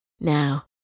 Now